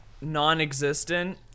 Non-existent